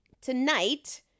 Tonight